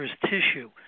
tissue